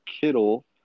Kittle